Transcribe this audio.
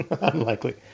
Unlikely